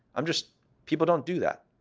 i'm just people don't do that.